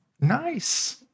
nice